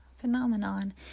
phenomenon